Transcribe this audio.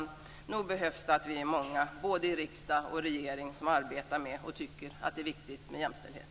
Så nog behövs det att vi är många i både riksdag och regering som arbetar med och tycker att det är viktigt med jämställdhet.